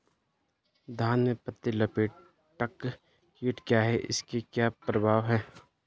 धान में पत्ती लपेटक कीट क्या है इसके क्या प्रभाव हैं?